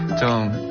don't